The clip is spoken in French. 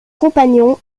compagnon